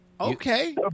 Okay